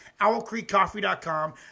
OwlcreekCoffee.com